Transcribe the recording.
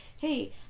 Hey